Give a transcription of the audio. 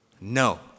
No